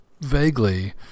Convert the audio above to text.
vaguely